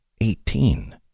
Eighteen